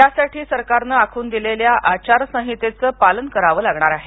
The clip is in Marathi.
त्यासाठी सरकारनं आखून दिलेल्या आचारसंहितेचं पालन करावं लागणार आहे